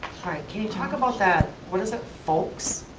can you talk about that, what is it, folks?